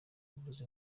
kuvuza